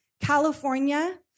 California